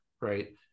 right